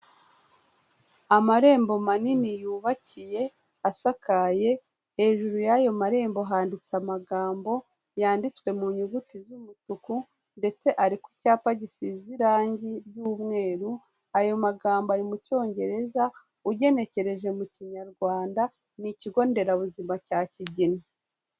Amarembo manini yubakiye, asakaye, hejuru y'ayo marembo handitse amagambo yanditswe mu nyuguti z'umutuku ndetse ari ku cyapa gisize irangi ry'umweru, ayo magambo ari mu cyongereza, ugenekereje mu kinyarwanda ni ikigo nderabuzima cya Kigina.